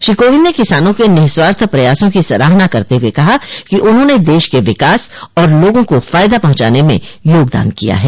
श्री कोविंद ने किसानों के निस्वार्थ प्रयासों की सराहना करते हुए कहा कि उन्होंने देश के विकास और लोगों को फायदा पहुंचाने में योगदान किया है